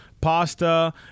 pasta